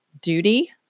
duty